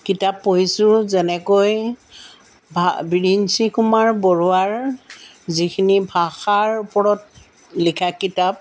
কিতাপ পঢ়িছোঁ যেনেকৈ ভা বিৰিঞ্চি কুমাৰ বৰুৱাৰ যিখিনি ভাষাৰ ওপৰত লিখা কিতাপ